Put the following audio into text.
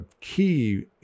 key